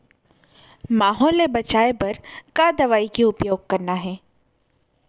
माहो ले बचाओ बर का दवई के उपयोग करना हे?